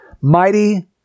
mighty